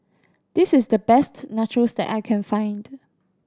this is the best Nachos that I can find